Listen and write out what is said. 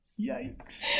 Yikes